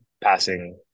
passing